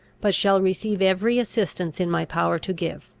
but shall receive every assistance in my power to give.